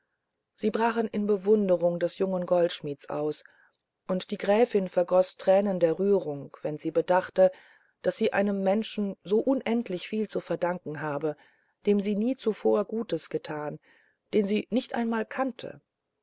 sie brachen in bewunderung des jungen goldschmidts aus und die gräfin vergoß tränen der rührung wenn sie bedachte daß sie einem menschen so unendlich viel zu verdanken habe dem sie nie zuvor gutes getan den sie nicht einmal kannte